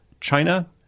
China